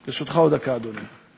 ברשותך, עוד דקה, אדוני.